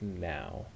now